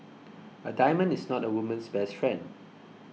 a diamond is not a woman's best friend